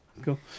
cool